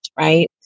right